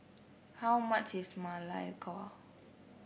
how much is Ma Lai Gao